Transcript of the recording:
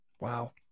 Wow